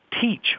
teach